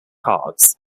cards